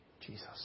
Jesus